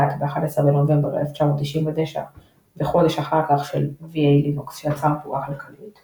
ב־11 בנובמבר 1999 וחודש אחר כך של VA-Linux שיצר בועה כלכלית;